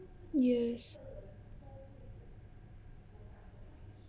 yes